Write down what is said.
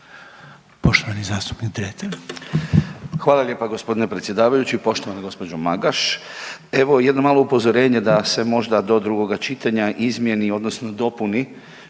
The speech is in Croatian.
**Dretar, Davor (DP)** Hvala lijepa g. predsjedavajući, poštovana gđo. Magaš. Evo, jedno malo upozorenje da se možda do drugoga čitanja izmjeni odnosno dopuni